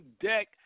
deck